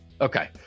Okay